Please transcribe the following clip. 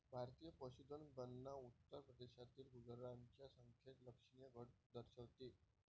भारतीय पशुधन गणना उत्तर प्रदेशातील गुरांच्या संख्येत लक्षणीय घट दर्शवते